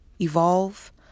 evolve